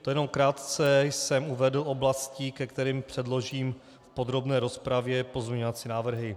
To jsem jenom krátce uvedl oblasti, ke kterým předložím v podrobné rozpravě pozměňovací návrhy.